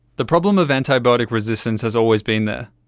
the problem of antibiotic resistance has always been there.